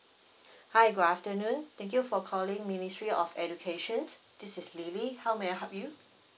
hi good afternoon thank you for calling ministry of educations this is lily how may I help you